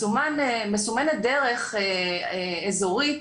מסומנת דרך אזורית